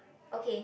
okay